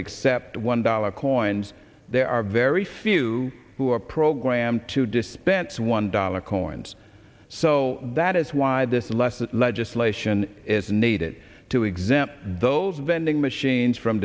accept one dollar coins there are very few who are programmed to dispense one dollar coins so that is why this less than legislation is needed to exempt those vending machines from